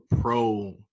pro